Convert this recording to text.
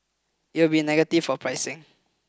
it would be negative for pricing